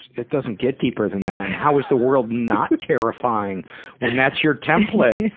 it doesn't get deeper than that. how is the world not terrifying when that's your template?